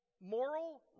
Moral